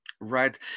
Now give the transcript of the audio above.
Right